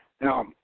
Now